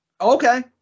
Okay